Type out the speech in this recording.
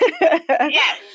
Yes